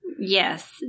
Yes